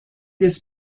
this